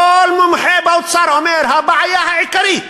כל מומחה באוצר אומר: הבעיה העיקרית,